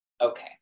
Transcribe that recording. okay